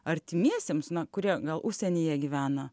artimiesiems na kurie gal užsienyje gyvena